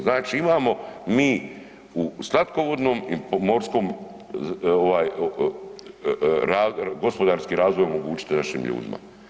Znači imamo mi u slatkovodnom i morskom ovaj gospodarski razvoj omogućiti našim ljudima.